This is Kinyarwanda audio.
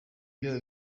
byo